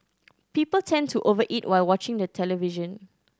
people tend to over eat while watching the television